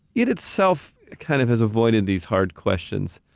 it itself kind of has avoided these hard questions,